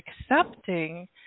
accepting